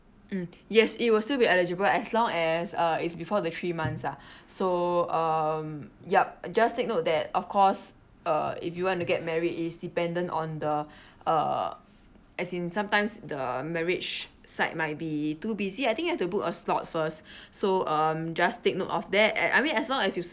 mm yes it will still be eligible as long as uh is before the three months lah so um yup just take note that of course uh if you want to get married is dependent on the uh as in sometimes the marriage side might be too busy I think you have to book a slot first so um just take note of that and I mean as long as you